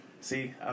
see